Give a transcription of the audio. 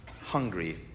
hungry